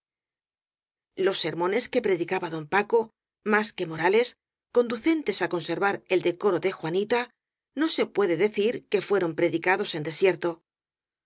los sermones que predicaba don paco más que morales conducentes á conservar el decoro de jua nita no se puededecirque fueron predicados en